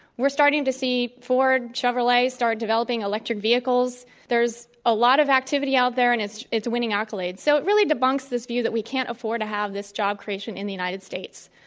we're starting to see ford and chevrolet start developing electric vehicles. there's a lot of activity out there, and it's it's winning accolades. so it really debunks this view that we can't afford to have this job creation in the united states.